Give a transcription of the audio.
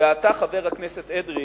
ואתה, חבר הכנסת אדרי,